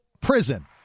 prison